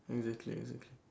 exactly exactly